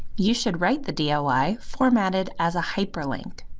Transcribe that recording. you should write the doi formatted as a hyperlink.